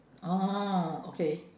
oh okay